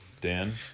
Dan